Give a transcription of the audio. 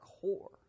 core